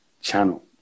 channel